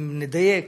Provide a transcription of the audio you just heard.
אם נדייק,